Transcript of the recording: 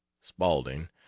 spalding